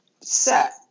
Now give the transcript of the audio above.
set